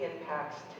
impacts